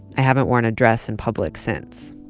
i haven't worn a dress in public since.